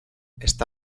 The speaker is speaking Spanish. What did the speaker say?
está